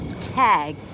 Tag